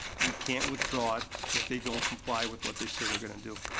we can't withdraw it if they don't comply with what they say they're gonna do.